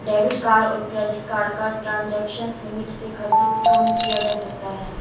debit card और credit card का transaction limit से खर्च कम किया जा सकता है